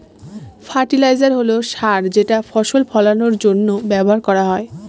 fertiliser হল সার যেটা ফসল ফলানের জন্য ব্যবহার করা হয়